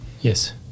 Yes